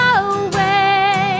away